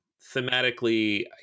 Thematically